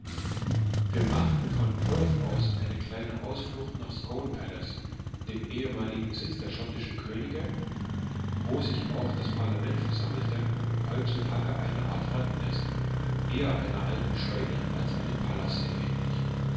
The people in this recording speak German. wir machten von perth aus eine kleine ausflucht nach scone palace dem ehemaligen sitz der schottischen könige wo sich auch das parlament versammelte heutzutage eine art rattennest eher einer alten scheune als einem palaste ähnlich